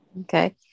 Okay